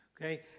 okay